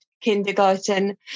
kindergarten